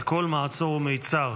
על כל מעצור ומצר.